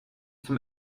zum